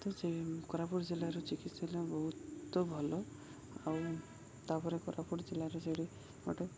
ତ ସେ କୋରାପୁଟ ଜିଲ୍ଲାର ଚିକିତ୍ସା ହେଲା ବହୁତ ଭଲ ଆଉ ତା'ପରେ କୋରାପୁଟ ଜିଲ୍ଲାର ସେଇଠି ଗୋଟେ